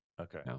okay